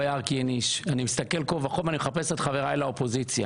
אני מסתכל כה וכה ואני חפש את חברי לאופוזיציה.